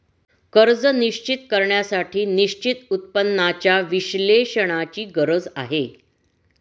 कर्ज निश्चित करण्यासाठी निश्चित उत्पन्नाच्या विश्लेषणाची गरज आहे